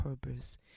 purpose